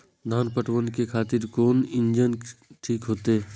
धान पटवन के खातिर कोन इंजन ठीक होते?